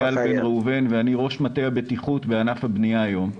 אני ראש מטה הבטיחות בענף הבנייה היום.